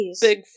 Big